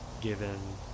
given